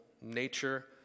nature